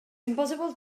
impossible